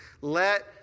Let